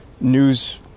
news